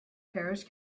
parish